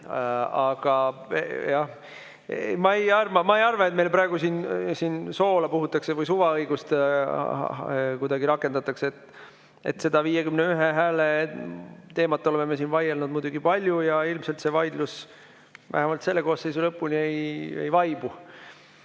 ma ei arva, et meil praegu siin soola puhutakse või suvaõigust kuidagi rakendatakse. Selle 51 hääle teemal oleme siin vaielnud muidugi palju ja ilmselt see vaidlus vähemalt selle koosseisu lõpuni ei vaibu.